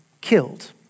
killed